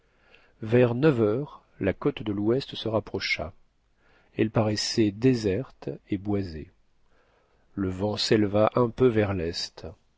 vers neuf heures la côte de l'ouest se rapprocha elle paraissait déserte et boisée le vent s'éleva un peu vers l'est